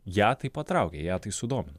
ją tai patraukė ją tai sudomino